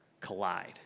collide